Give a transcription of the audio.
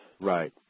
right